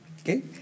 okay